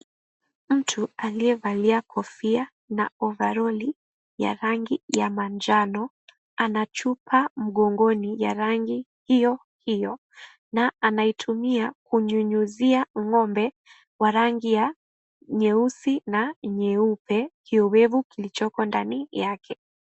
Mtu aliyevalia kofia na ovaloli ya rangi ya manjano anachupa mgongoni ya rangi hiyo hiyo na anaitumia kunyunyuzia ng'ombe wa rangi ya nyeusi na nyeupe kiowevu kilichoko ndani yake.